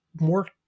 more